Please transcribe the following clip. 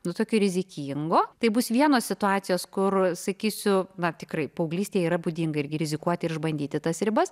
nu tokio rizikingo tai bus vienos situacijos kur sakysiu na tikrai paauglystei yra būdinga irgi rizikuoti ir išbandyti tas ribas